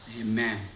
Amen